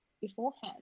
beforehand